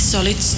Solid